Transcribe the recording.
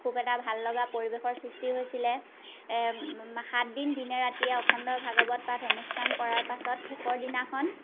খুব এটা ভাল লগা পৰিৱেশৰ সৃষ্টি হৈছিলে সাতদিন দিনে ৰাতিয়ে অখণ্ড ভাগৱত পাঠ অনুষ্ঠান কৰাৰ পাছত শেষৰ দিনাখন